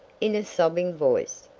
in a sobbing voice,